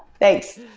thanks.